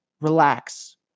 relax